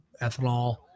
ethanol